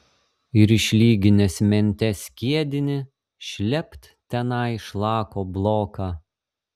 ir išlyginęs mente skiedinį šlept tenai šlako bloką